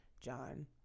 John